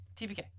TPK